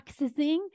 Accessing